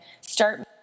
start